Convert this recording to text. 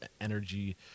energy